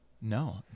No